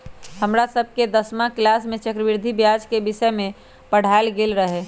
हमरा सभके दसमा किलास में चक्रवृद्धि ब्याज के विषय में पढ़ायल गेल रहै